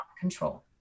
control